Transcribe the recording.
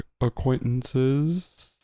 acquaintances